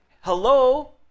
hello